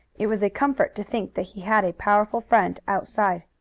it was a comfort to think that he had a powerful friend outside.